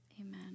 amen